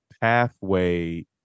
pathway